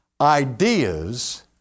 Ideas